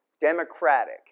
democratic